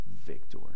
victor